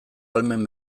ahalmen